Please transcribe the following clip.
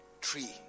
tree